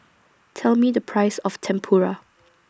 Tell Me The Price of Tempura